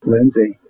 Lindsay